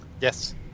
Yes